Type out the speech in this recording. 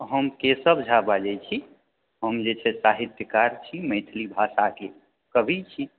हम केशव झा बाजै छी हम जे छै साहित्यकार छी मैथिली भाषा के कवि छी